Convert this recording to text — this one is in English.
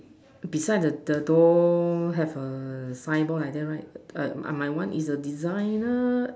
beside the the door have a signboard like that right my one is a designer